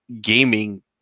gaming